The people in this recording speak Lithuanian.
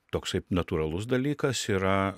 toksai natūralus dalykas yra